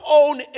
own